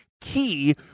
key